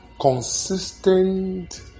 consistent